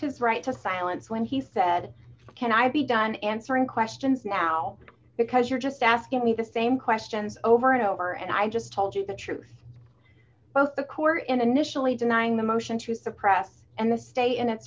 his right to silence when he said can i be done answering questions now because you're just asking me the same questions over and over and i just told you the truth both the core initially denying the motion truth the press and the state and it